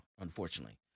unfortunately